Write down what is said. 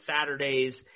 Saturdays